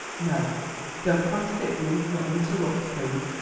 no don't contradict me nor interrupt please!